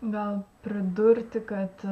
gal pridurti kad